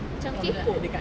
macam kekok